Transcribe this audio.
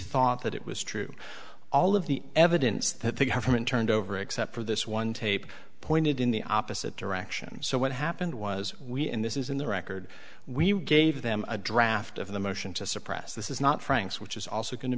thought that it was true all of the evidence that the government turned over except for this one tape pointed in the opposite direction so what happened was we in this is in the record we gave them a draft of the motion to suppress this is not franks which is also going to